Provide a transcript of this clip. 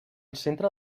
centre